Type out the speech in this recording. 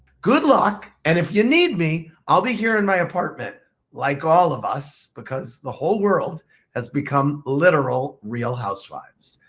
good luck, and if you need me, i'll be here in my apartment like all of us because the whole world has become literal real housewives.